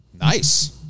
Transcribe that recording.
Nice